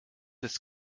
des